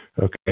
Okay